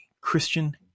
Christian